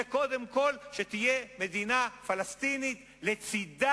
זה קודם כול שתהיה מדינה פלסטינית לצדה,